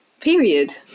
period